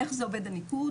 איך זה עובד הניקוד?